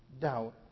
doubt